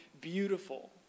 beautiful